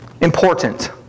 important